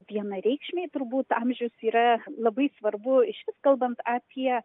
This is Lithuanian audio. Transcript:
vienareikšmiai turbūt amžius yra labai svarbu išvis kalbant apie